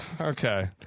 Okay